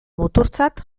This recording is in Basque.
muturtzat